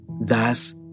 thus